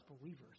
believers